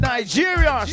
Nigeria